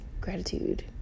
gratitude